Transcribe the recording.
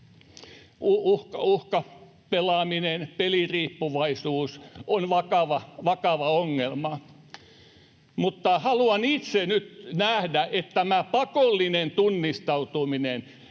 uhkapelaaminen, peliriippuvaisuus on vakava ongelma. Mutta haluan itse nyt nähdä, mitä tämä pakollinen tunnistautuminen